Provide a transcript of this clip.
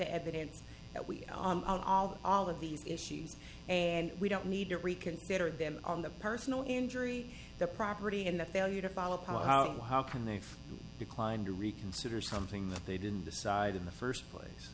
the evidence that we are all of these issues and we don't need to reconsider them on the personal injury the property and the failure to follow up on how to how come they've declined to reconsider something that they didn't decide in the first place